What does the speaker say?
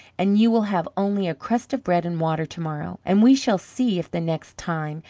and you will have only a crust of bread and water to-morrow. and we shall see if the next time,